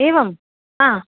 एवं हा